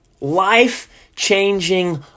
life-changing